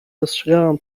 dostrzegałam